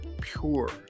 pure